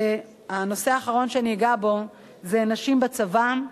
הנושא האחרון שאני אגע בו זה נשים בצבא.